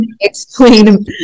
explain